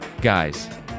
guys